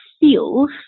feels